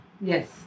yes